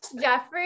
Jeffrey